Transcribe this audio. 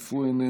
אף הוא איננו,